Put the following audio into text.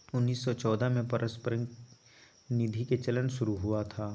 उन्नीस सौ चौदह में पारस्परिक निधि के चलन शुरू हुआ था